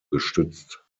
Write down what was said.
gestützt